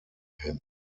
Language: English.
him